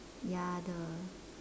ya the